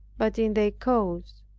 but in their cause.